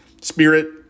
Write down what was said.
spirit